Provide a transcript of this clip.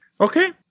okay